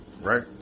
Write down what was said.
right